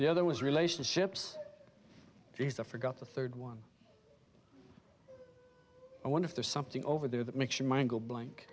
the other was relationships he's the forgot the third one i wonder if there's something over there that makes your mind go blank